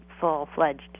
full-fledged